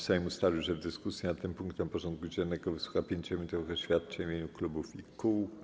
Sejm ustalił, że w dyskusji nad tym punktem porządku dziennego wysłucha 5-minutowych oświadczeń w imieniu klubów i kół.